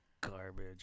garbage